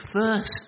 first